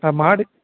ஆ மாடி